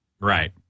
Right